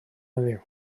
heddiw